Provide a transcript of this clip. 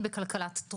בכל מערכת הבריאות,